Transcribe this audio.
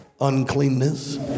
uncleanness